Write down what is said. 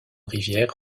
rivière